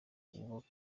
wubake